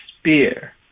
spear